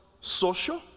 social